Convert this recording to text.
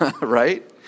right